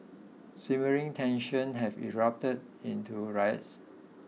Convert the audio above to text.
simmering tensions have erupted into riots